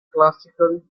classical